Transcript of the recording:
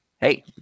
Hey